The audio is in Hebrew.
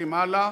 ממשיכים הלאה.